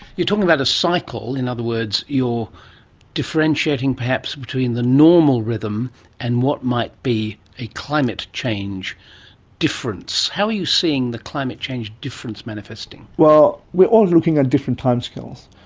you're talking about a cycle. in other words, you're differentiating perhaps between the normal rhythm and what might be a climate change difference. how are you seeing the climate change difference manifesting? well, we're all looking at different timescales.